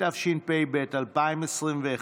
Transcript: התשפ"ב 2021,